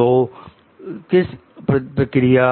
तो किस प्रक्रिया